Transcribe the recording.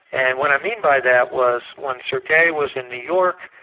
and what i mean by that was when sergei was in new york,